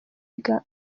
yiga